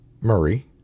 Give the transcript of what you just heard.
Murray